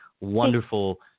wonderful